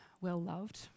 well-loved